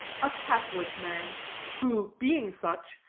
a catholic man who, being such,